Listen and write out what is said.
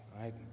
right